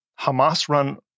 Hamas-run